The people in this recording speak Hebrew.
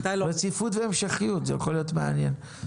רציפות והמשכיות, זה יכול להיות מעניין.